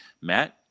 Matt